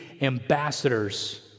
ambassadors